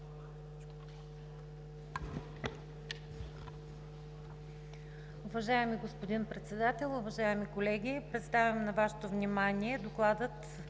Добре